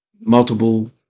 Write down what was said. Multiple